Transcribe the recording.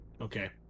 okay